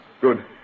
good